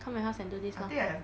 come my house and do this lor